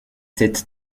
cette